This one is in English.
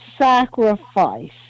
sacrifice